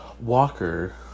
Walker